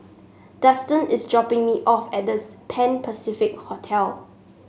Dustan is dropping me off at The Pan Pacific Hotel